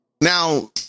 Now